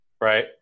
right